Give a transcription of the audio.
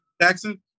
Jackson